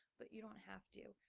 but you don't have to.